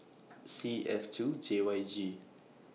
C F two J Y G